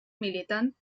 militant